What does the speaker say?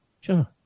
Sure